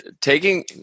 taking